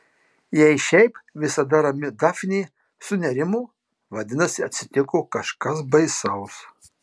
jei šiaip visada rami dafnė sunerimo vadinasi atsitiko kažkas baisaus